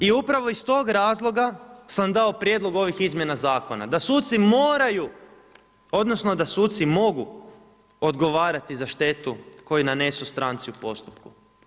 I upravo iz tog razloga sam dao prijedlog ovih izmjena zakona, da suci moraju, odnosno, da suci mogu odgovarati za štetu koju nanesu stranci u postupku.